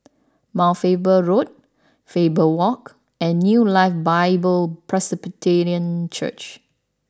Mount Faber Road Faber Walk and New Life Bible Presbyterian Church